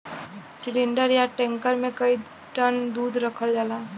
cylinder या tanker मे कई टन दूध रखल जाला